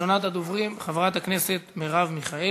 ראשונת הדוברים היא חברת הכנסת מרב מיכאלי.